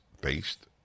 based